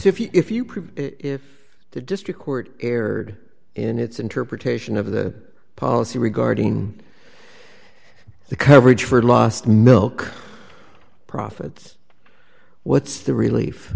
so if you prefer the district court erred in its interpretation of the policy regarding the coverage for last milk profits what's the relief